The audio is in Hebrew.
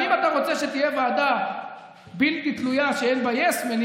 אבל אם אתה רוצה שתהיה ועדה בלתי תלויה שאין בה יס-מנים,